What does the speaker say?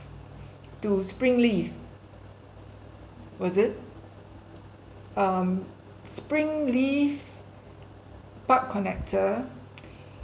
to springleaf was it um springleaf park connector